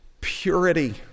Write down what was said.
purity